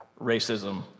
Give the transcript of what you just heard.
racism